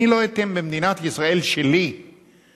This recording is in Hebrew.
אני לא אתן במדינת ישראל שלי שמישהו